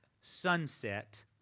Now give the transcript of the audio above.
sunset